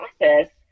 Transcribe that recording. process